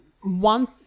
one